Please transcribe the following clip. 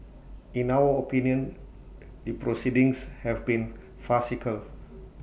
in our opinion the proceedings have been farcical